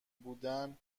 بودن